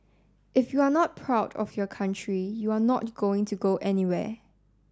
if you are not proud of your country you are not going to go anywhere